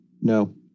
No